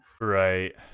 Right